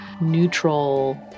neutral